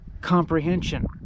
comprehension